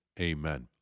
Amen